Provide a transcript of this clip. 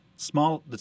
Small